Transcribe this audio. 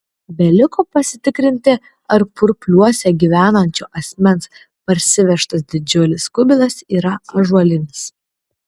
beliko pasitikrinti ar purpliuose gyvenančio asmens parsivežtas didžiulis kubilas yra ąžuolinis